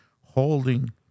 holding